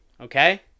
okay